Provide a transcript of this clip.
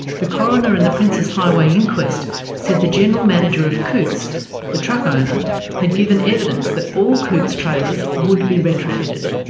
the coroner in the princes highway inquest said the general manager of cootes the truck owner had given evidence that all cootes trailers would be retrofitted.